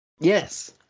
yes